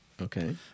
Okay